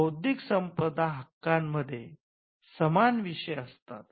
बौद्धिक संपदा हक्कांमध्ये सामान विषय असतात